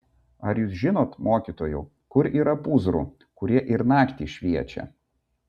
ar jūs žinot mokytojau kad yra pūzrų kurie ir naktį šviečia